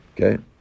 Okay